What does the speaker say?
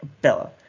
Bella